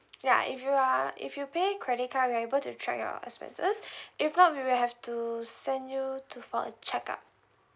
ya if you are if you pay credit card we're able to track your expenses if not we'll have to send you to for a check up